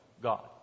God